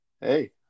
Hey